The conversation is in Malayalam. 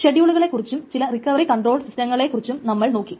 ഷെഡ്യൂളുകളെ കുറിച്ചും ചില റിക്കവറി കൺട്രോൾ സിസ്റ്റങ്ങളെ കുറിച്ചും നമ്മൾ നോക്കി